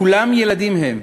כולם ילדים הם,